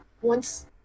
once-